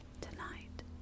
tonight